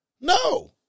No